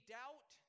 doubt